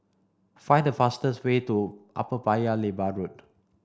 find the fastest way to Upper Paya Lebar Road